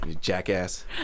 jackass